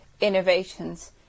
innovations